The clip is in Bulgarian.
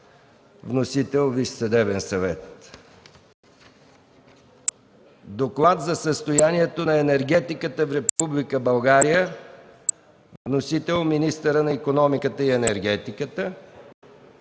Вносител – Висшият съдебен съвет. Доклад за състоянието на енергетиката в Република България. Вносител е министърът на икономиката и енергетиката.